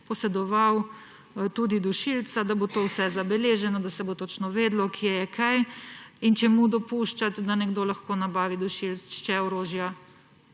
posedoval tudi dušilca, da bo to vse zabeleženo, da se bo točno vedelo, kje je kaj in čemu dopuščati, da nekdo lahko nabavi dušilec, če orožja